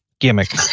gimmick